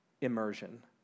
immersion